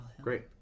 Great